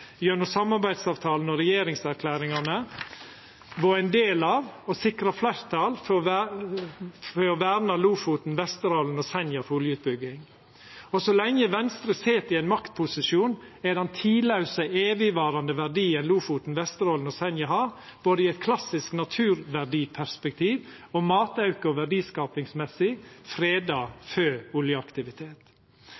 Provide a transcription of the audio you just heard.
gjennom samarbeidsavtalene og regjeringserklæringane, vore ein del av å sikra fleirtal for å verna Lofoten, Vesterålen og Senja mot oljeutbygging. Og så lenge Venstre sit i ein maktposisjon, er den tidlause, evigvarande verdien Lofoten, Vesterålen og Senja har – både i eit klassisk naturverdiperspektiv og matauk- og verdiskapingsmessig – freda